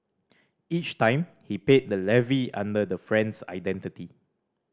each time he paid the levy under the friend's identity